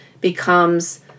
becomes